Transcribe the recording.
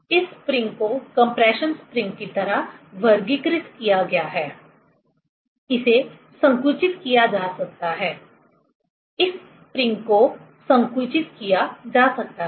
इस स्प्रिंग को compression spring की तरह वर्गीकृत किया गया है इसे संकुचित किया जा सकता है इस स्प्रिंग को संकुचित किया जा सकता है